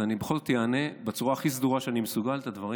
אז אני בכל זאת אענה בצורה הכי סדורה שאני מסוגל את הדברים